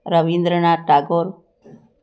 Rabindranath Tagore